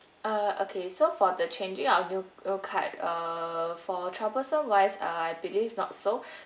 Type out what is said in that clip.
uh okay so for the changing of new new card uh for troublesome wise uh I believe not so